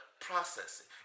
processing